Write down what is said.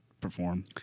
perform